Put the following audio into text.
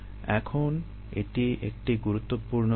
এখন এটি একটি গুরুত্বপূর্ণ ধারণা